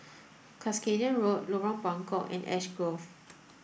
Cuscaden Road Lorong Buangkok and Ash Grove